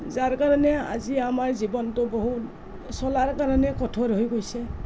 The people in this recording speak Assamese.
যাৰ কাৰণে আজি আমাৰ জীৱনটো বহু চলাৰ কাৰণে কঠোৰ হৈ গৈছে